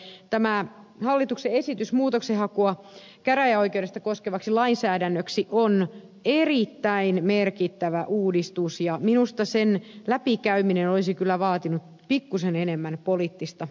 nimittäin tämä hallituksen esitys muutoksenhakua käräjäoikeudesta koskevaksi lainsäädännöksi on erittäin merkittävä uudistus ja minusta sen läpikäyminen olisi kyllä vaatinut pikkuisen enemmän poliittista huomiotakin